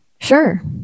Sure